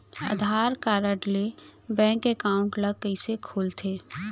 आधार card ले bank account ल कइसे खोलथे?